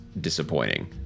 disappointing